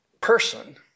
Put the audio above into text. person